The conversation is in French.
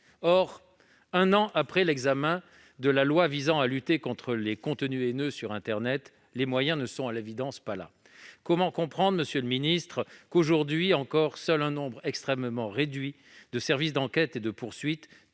Or, un an après l'examen de la loi visant à lutter contre les contenus haineux sur internet, les moyens ne sont à l'évidence pas là. Comment comprendre, monsieur le secrétaire d'État, qu'aujourd'hui encore, seul un nombre extrêmement réduit de services d'enquête et de poursuite,